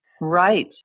Right